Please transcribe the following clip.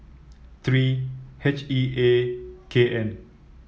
three H E A K N